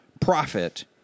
profit